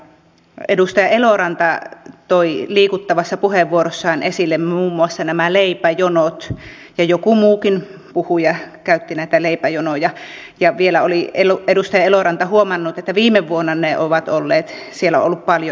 edustaja eloranta toi liikuttavassa puheenvuorossaan esille muun muassa nämä leipäjonot joku muukin puhuja käytti näitä leipäjonoja ja vielä oli edustaja eloranta huomannut että viime vuonna siellä on ollut paljon ihmisiä